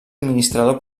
administrador